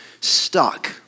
stuck